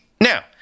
Now